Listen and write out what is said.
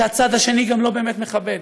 שהצד השני גם לא באמת מכבד.